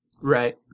right